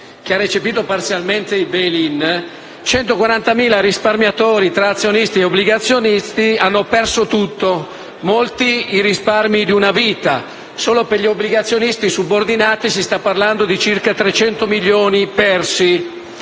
che ha recepito parzialmente il *bail in*, 140.000 risparmiatori tra azionisti e obbligazionisti hanno perso tutto; molti i risparmi di una vita. Solo per gli obbligazionisti subordinati si sta parlando di circa 300 milioni persi.